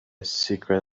secret